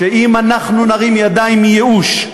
שאם אנחנו נרים ידיים בייאוש,